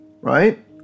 right